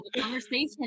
conversation